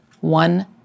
One